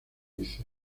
hice